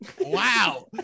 Wow